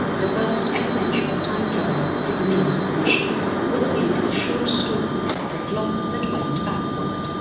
the first ever mention of time travelling through the means of a machine was made in a short story the clock that went backward,